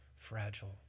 fragile